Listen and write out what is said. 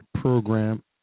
program